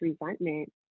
resentment